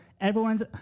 everyone's